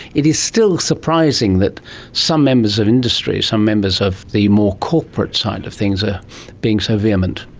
it is still surprising that some members of industry, some members of the more corporate side of things are being so vehement.